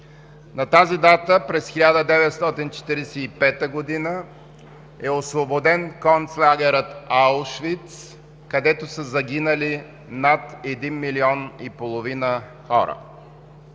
На тази дата през 1945 г. е освободен концелагерът Аушвиц, където са загинали над 1,5 милион хора.